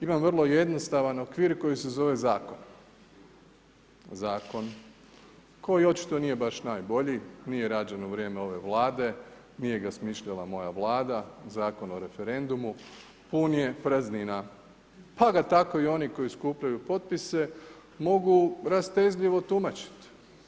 Imam vrlo jednostavan okvir koji se zove zakon, zakon koji očito nije baš najbolji, nije rađen u vrijeme ove vlade, nije ga smišljala moja vlada, Zakon o referendumu pun je praznina pa ga tako i oni koji skupljaju potpise mogu rastezljivo tumačit.